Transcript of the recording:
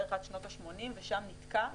בערך עד שנות השמונים ושם נתקע.